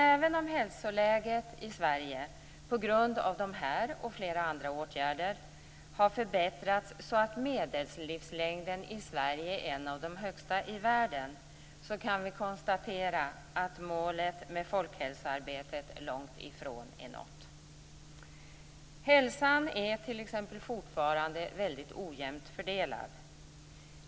Även om hälsoläget i Sverige har förbättrats, på grund av dessa och flera andra åtgärder, så att medellivslängden i Sverige är bland de högsta i världen, kan vi konstatera att målet med folkhälsoarbetet är långt ifrån nått. Hälsan är t.ex. fortfarande väldigt ojämnt fördelad.